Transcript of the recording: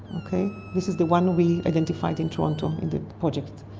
this is the one we identified in toronto in the project,